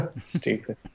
stupid